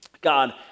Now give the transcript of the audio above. God